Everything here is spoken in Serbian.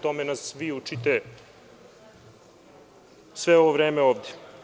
Tome nas vi učite sve ovo vreme ovde.